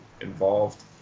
involved